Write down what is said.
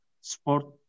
sport